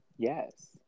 Yes